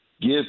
give